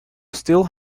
still